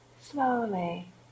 slowly